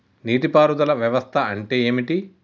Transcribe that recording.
నీటి పారుదల వ్యవస్థ అంటే ఏంటి?